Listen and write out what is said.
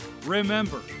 Remember